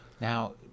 Now